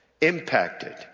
impacted